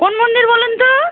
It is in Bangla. কোন মন্দির বলুন তো